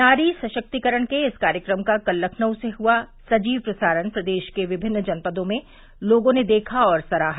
नारी सशक्तिकरण के इस कार्यक्रम का कल लखनऊ से हुआ सजीव प्रसारण प्रदेश के विभिन्न जनपदों में लोगों ने देखा और सराहा